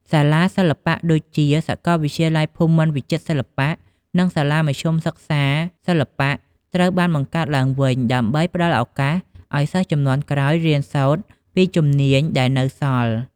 សាលាសិល្បៈដូចជា សាកលវិទ្យាល័យភូមិន្ទវិចិត្រសិល្បៈ និងសាលាមធ្យមសិក្សាសិល្បៈ ត្រូវបានបង្កើតឡើងវិញ ដើម្បីផ្តល់ឱកាសឱ្យសិស្សជំនាន់ក្រោយរៀនសូត្រពីអ្នកជំនាញដែលនៅសល់។